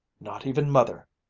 not even mother.